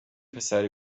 پسره